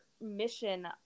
mission